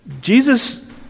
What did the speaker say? Jesus